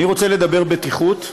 אני רוצה לדבר על בטיחות,